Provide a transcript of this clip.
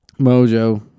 Mojo